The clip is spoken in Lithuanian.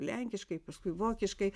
lenkiškai paskui vokiškai